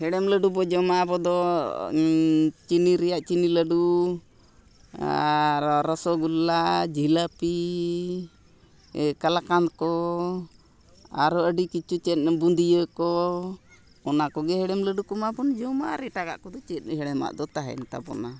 ᱦᱮᱲᱮᱢ ᱞᱟᱹᱰᱩ ᱵᱚᱱ ᱡᱚᱢᱟ ᱟᱵᱚ ᱫᱚ ᱪᱤᱱᱤ ᱨᱮᱱᱟᱜ ᱪᱤᱱᱤ ᱞᱟᱹᱰᱩ ᱟᱨ ᱨᱚᱥᱚᱜᱳᱞᱞᱟ ᱡᱷᱤᱞᱟᱹᱯᱤ ᱠᱟᱞᱟᱠᱟᱸᱫᱽ ᱠᱚ ᱟᱨᱚ ᱟᱹᱰᱤ ᱠᱤᱪᱷᱩ ᱪᱮᱫ ᱚᱱᱟ ᱵᱩᱸᱫᱤᱭᱟᱹ ᱠᱚ ᱚᱱᱟ ᱠᱚᱜᱮ ᱦᱮᱲᱮᱢ ᱞᱟᱹᱰᱩ ᱠᱚᱢᱟ ᱵᱚᱱ ᱡᱚᱢᱟ ᱟᱨ ᱮᱴᱟᱜᱟᱜ ᱠᱚᱫᱚ ᱪᱮᱫ ᱦᱮᱲᱮᱢᱟᱜ ᱫᱚ ᱛᱟᱦᱮᱱ ᱛᱟᱵᱚᱱᱟ